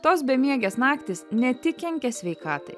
tos bemiegės naktys ne tik kenkia sveikatai